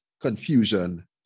confusion